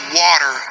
water